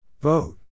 Vote